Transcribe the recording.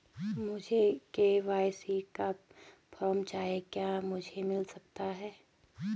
मुझे के.वाई.सी का फॉर्म चाहिए क्या मुझे मिल सकता है?